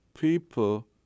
people